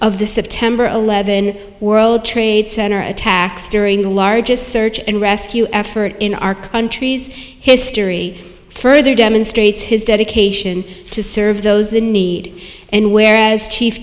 of the september eleventh world trade center attacks during the largest search and rescue effort in our country's history further demonstrates his dedication to serve those in need and where as chief